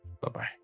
Bye-bye